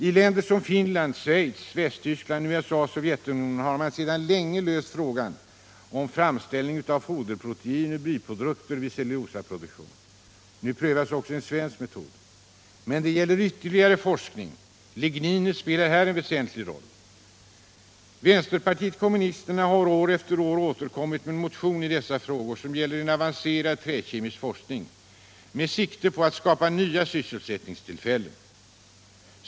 I länder som Finland, Schweiz, Västtyskland, USA och Sovjetunionen har man sedan länge löst frågan om framställning av foderprotein ur biprodukter vid cellulosaproduktion. Nu prövas också en svensk metod. Men det behövs ytterligare forskning. Ligninet spelar här en väsentlig roll. Vänsterpartiet kommunisterna har år efter år i dessa frågor återkommit med en motion om en avancerad träkemisk forskning med sikte på att skapa nya sysselsättningstillfällen.